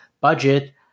budget